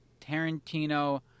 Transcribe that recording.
Tarantino